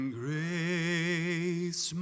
grace